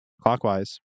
Clockwise